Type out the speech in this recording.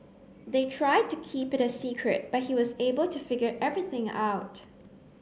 they tried to keep it a secret but he was able to figure everything out